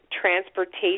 transportation